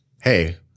Hey